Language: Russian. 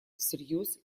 всерьез